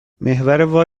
محور